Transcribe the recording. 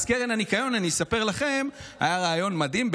אז קרן הניקיון, אני אספר לכם, הייתה רעיון מדהים.